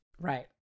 Right